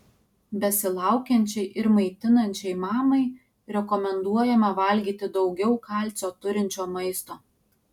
besilaukiančiai ir maitinančiai mamai rekomenduojama valgyti daugiau kalcio turinčio maisto